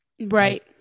right